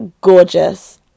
gorgeous